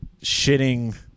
shitting